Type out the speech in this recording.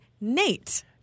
Nate